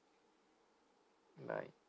mm bye